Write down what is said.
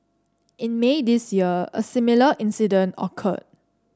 in May this year a similar incident occurred